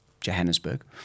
Johannesburg